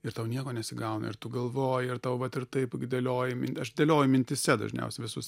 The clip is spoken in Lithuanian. ir tau nieko nesigauna ir tu galvoji ir tau vat ir taip dėlioju aš dėlioju mintyse dažniausia visus